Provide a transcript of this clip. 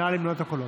נא למנות את הקולות.